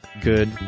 good